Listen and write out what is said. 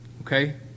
Okay